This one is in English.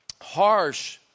harsh